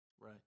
Right